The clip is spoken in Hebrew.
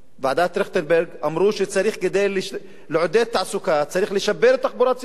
ועדת-טרכטנברג אמרו שכדי לעודד תעסוקה צריך לשפר את התחבורה הציבורית,